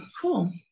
cool